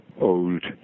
old